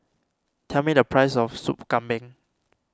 tell me the price of Sup Kambing